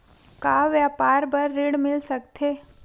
का व्यापार बर ऋण मिल सकथे?